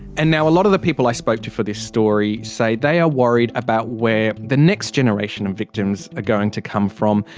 and now a lot of people i spoke to for this story say they are worried about where the next generation of victims are going to come from,